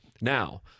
Now